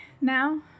now